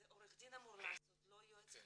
זה עורך הדין אמור לעשות, לא יועץ הקליטה.